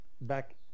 back